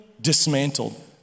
dismantled